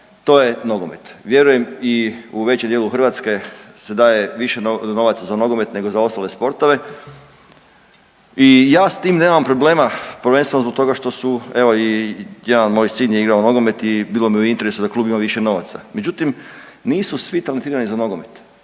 to je nogomet. Vjerujem i u većem dijelu Hrvatske se daje više novaca za nogomet, nego za ostale sportove i ja s tim nemam problema prvenstveno zbog toga što su evo i jedan moj sin je igrao nogomet i bilo mi u interesu da klub ima više novaca. Međutim, nisu svi talentirani za nogomet